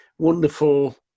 Wonderful